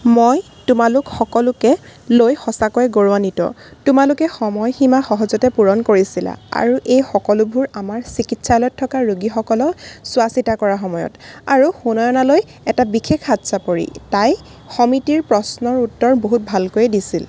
মই তোমালোক সকলোকেলৈ সঁচাকৈয়ে গৌৰান্বিত তোমালোকে সময়সীমা সহজতে পূৰণ কৰিছিলা আৰু এই সকলোবোৰ আমাৰ চিকিৎসালয়ত থকা ৰোগীসকলৰ চোৱাচিতা কৰাৰ সময়ত আৰু সুনয়নালৈ এটা বিশেষ হাত চাপৰি তাই সমিতিৰ প্ৰশ্নৰ উত্তৰ বহুত ভালকৈ দিছিল